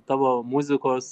tavo muzikos